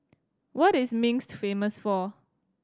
what is Minsk famous for